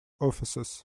offices